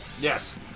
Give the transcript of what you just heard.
Yes